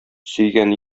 сөйгән